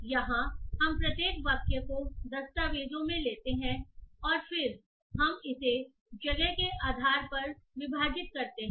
यहां हम प्रत्येक वाक्य को दस्तावेज़ों में लेते हैं और फिर इसे स्पेस के आधार पर स्प्लिट करते हैं